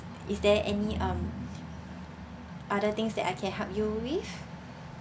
is there any um other things that I can help you with